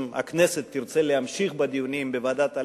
אם הכנסת תרצה להמשיך בדיונים בוועדת העלייה,